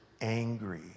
angry